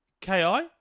ki